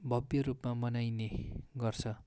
भव्य रूपमा मनाइने गर्छ